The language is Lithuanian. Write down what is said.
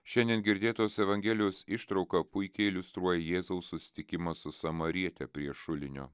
šiandien girdėtos evangelijos ištrauka puikiai iliustruoja jėzaus susitikimą su samariete prie šulinio